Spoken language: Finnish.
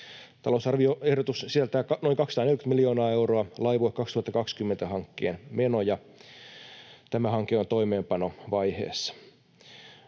Talousarvioehdotus sisältää noin 240 miljoonaa euroa Laivue 2020 ‑hankkeen menoja. Tämä hanke on toimeenpanovaiheessa.